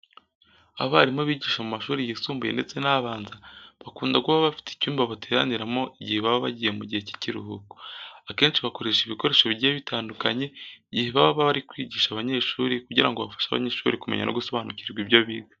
Abarimu biga mu mashuri yisumbuye ndetse n'abanza bakunda kuba bafite icyumba bateraniramo igihe baba bagiye mu gihe cy'ikiruhuko. Akenshi, bakoresha ibikoresho bigiye bitandukanye igihe baba bari kwigisha abanyeshuri kugira ngo bafashe abanyeshuri kumenya no gusobanukirwa ibyo biga.